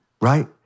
Right